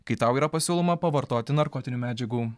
kai tau yra pasiūloma pavartoti narkotinių medžiagų